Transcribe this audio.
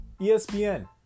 ESPN